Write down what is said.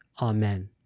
amen